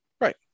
Right